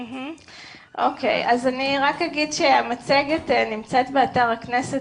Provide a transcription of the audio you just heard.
אני רק אגיד שהמצגת נמצאת באתר הכנסת